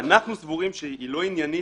אנחנו סבורים שהיא לא עניינית,